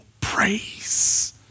praise